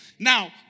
Now